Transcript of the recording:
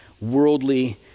worldly